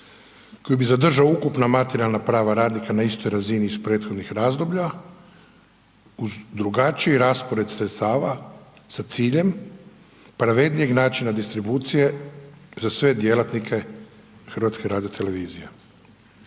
koji bi zadržao ukupna materijalna prava radnika na istoj razini iz prethodnih razdoblja uz drugačiji raspored sredstava sa ciljem pravednijeg načina distribucije za sve djelatnike HRT-a. HRT-a je